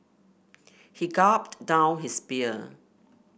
he gulped down his beer